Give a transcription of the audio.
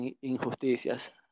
injusticias